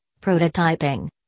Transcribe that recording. prototyping